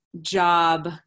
job